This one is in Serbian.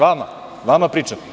Vama, vama pričam.